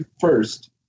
first